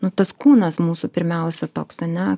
nu tas kūnas mūsų pirmiausia toks ane